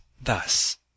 thus